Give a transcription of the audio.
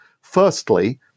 Firstly